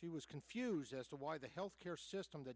she was confused as to why the health care system t